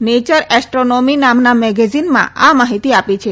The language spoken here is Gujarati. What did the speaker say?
નેયર એસ્ટ્રોનોમી નામના મેગેઝીનમાં આ માહિતી આપી છે